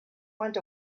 went